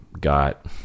got